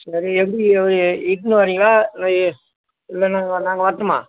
சரி எந்த எடுத்துன்னு வரிங்களா இல்லை இல்லை நாங்கள் நாங்கள் வரட்டுமா